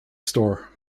store